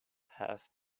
have